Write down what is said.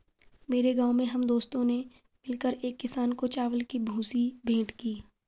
मेरे गांव में हम दोस्तों ने मिलकर एक किसान को चावल की भूसी भेंट की